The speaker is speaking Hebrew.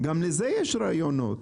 גם לזה יש רעיונות.